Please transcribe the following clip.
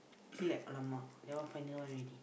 okay like !alamak! that one final one already